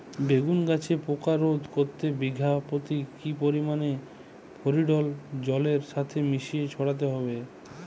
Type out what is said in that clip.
বেগুন গাছে পোকা রোধ করতে বিঘা পতি কি পরিমাণে ফেরিডোল জলের সাথে মিশিয়ে ছড়াতে হবে?